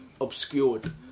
obscured